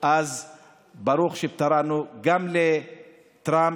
אז ברוך שפטרנו גם מטראמפ,